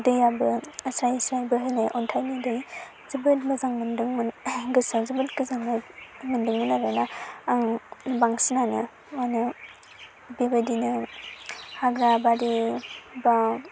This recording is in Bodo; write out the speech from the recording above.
दैयाबो स्राइ स्राइ बोहैनाय अन्थाइनि दै जोबोद मोजां मोनदोंमोन गोसोआव जोबोद गोजोन्नाय मोनदोंमोन आरो ना आं बांसिनानो मानि बेबायदिनो हाग्रा बारि बा